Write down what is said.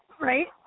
right